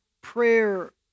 prayer